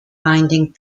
binding